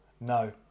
No